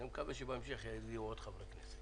אני מקווה שבהמשך יגיעו עוד חברי כנסת.